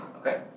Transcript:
okay